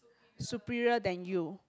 superior than you